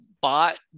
bought